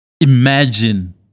imagine